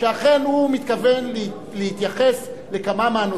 אם זה מה שיש לו להגיד, שלא ייסע לארצות-הברית.